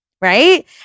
Right